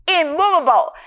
immovable